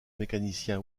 mécanicien